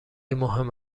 مهم